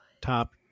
Top